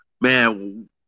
Man